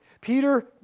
Peter